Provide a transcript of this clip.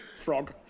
Frog